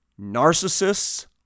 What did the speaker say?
narcissists